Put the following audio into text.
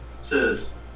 says